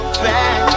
back